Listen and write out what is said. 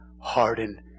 hardened